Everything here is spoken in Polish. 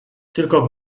tylko